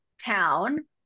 town